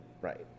Right